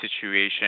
situation